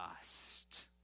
dust